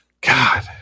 God